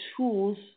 tools